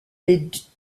les